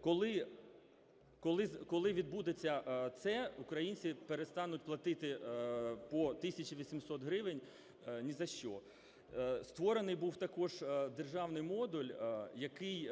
Коли відбудеться це, українці перестануть платити по 1 тисячі 800 гривень ні за що. Створений був також державний модуль, який